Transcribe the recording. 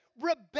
rebel